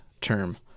term